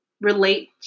relate